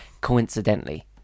coincidentally